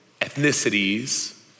ethnicities